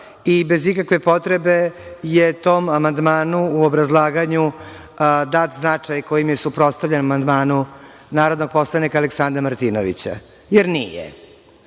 i bez ikakve potrebe je tom amandmanu u obrazlaganju dat značaj kojim je suprotstavljen amandmanu narodnog poslanika Aleksandra Martinovića, jer nije.S